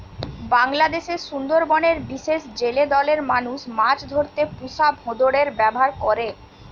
বাংলাদেশের সুন্দরবনের বিশেষ জেলে দলের মানুষ মাছ ধরতে পুষা ভোঁদড়ের ব্যাভার করে